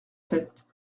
sept